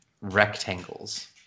rectangles